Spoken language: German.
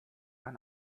ein